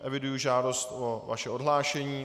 Eviduji žádost o vaše odhlášení.